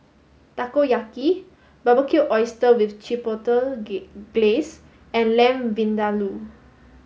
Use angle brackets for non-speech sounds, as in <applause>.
Takoyaki Barbecued Oysters with Chipotle <unintelligible> Glaze and Lamb Vindaloo